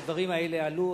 הדברים האלה עלו.